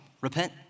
repent